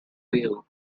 fell